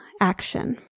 action